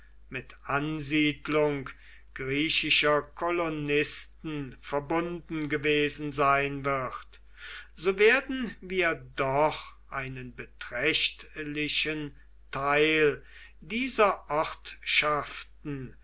mit ansiedlung griechischer kolonisten verbunden gewesen sein wird so werden wir doch einen beträchtlichen teil dieser